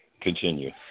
Continue